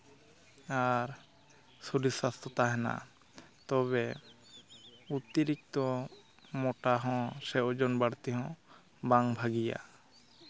ᱟᱨ ᱥᱚᱨᱤᱨ ᱥᱟᱥᱛᱷᱚ ᱛᱟᱦᱮᱱᱟ ᱛᱚᱵᱮ ᱚᱛᱤᱨᱤᱠᱛᱚ ᱢᱳᱴᱟᱦᱚᱸ ᱥᱮ ᱳᱡᱚᱱ ᱵᱟᱹᱲᱛᱤ ᱦᱚᱸ ᱵᱟᱝ ᱵᱷᱟᱹᱜᱤᱭᱟ